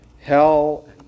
hell